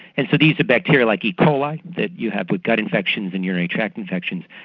and so these are bacteria like e. coli that you have with gut infections and urinary tract infections,